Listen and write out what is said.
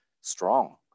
strong